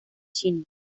china